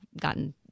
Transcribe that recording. gotten